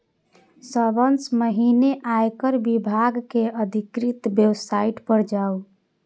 सबसं पहिने आयकर विभाग के अधिकृत वेबसाइट पर जाउ